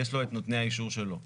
את נותני האישור שלו.